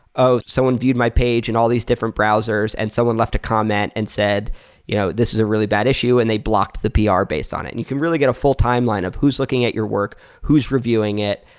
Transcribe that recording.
oh, someone viewed my page in and all these different browsers, and someone left a comment and said you know this is a really bad issue, and they blocked the ah pr based on it. and you can really get a full timeline of who's looking at your work. who's reviewing it?